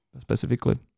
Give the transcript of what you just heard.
specifically